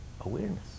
awareness